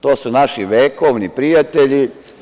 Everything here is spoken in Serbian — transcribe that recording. To su naši vekovni prijatelji.